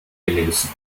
gelesen